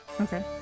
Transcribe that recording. Okay